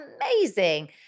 amazing